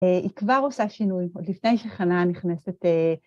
היא כבר עושה שינוי, עוד לפני שחנה נכנסת...